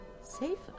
Safer